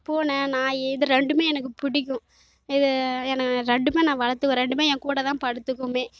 பூனை நாய் இது ரெண்டுமே எனக்கு பிடிக்கும் இது எனக்கு ரெண்டுமே நான் வளர்த்துவேன் ரெண்டுமே என் கூட தான் படுத்துக்குமே